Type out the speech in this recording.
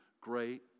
great